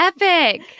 epic